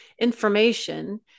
information